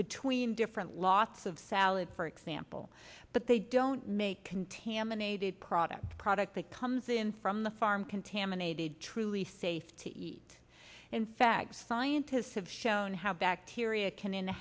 between different lots of salad for example but they don't make contaminated product product that comes in from the farm contaminated truly safe to eat and fags scientists have shown how bacteria can in